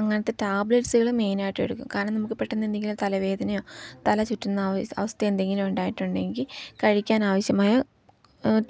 അങ്ങനെത്തെ ടാബലെറ്റ്സുകൾ മെയിനായിട്ട് എടുക്കും കാരണം നമുക്ക് പെട്ടെന്ന് എന്തെങ്കിലും തലവേദനയോ തല ചുറ്റുന്ന അവസ്ഥയോ എന്തെങ്കിലും ഉണ്ടായിട്ടുണ്ടെങ്കിൽ കഴിക്കാൻ ആവശ്യമായ